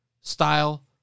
style